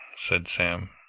said sam.